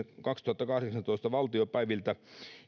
kaksituhattakahdeksantoista valtiopäiviltä